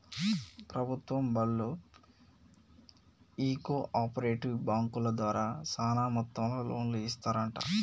ప్రభుత్వం బళ్ళు ఈ కో ఆపరేటివ్ బాంకుల ద్వారా సాన మొత్తంలో లోన్లు ఇస్తరంట